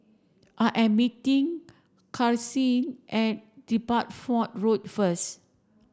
I am meeting Karsyn at Deptford Road first